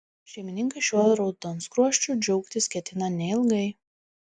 šeimininkai šiuo raudonskruosčiu džiaugtis ketina neilgai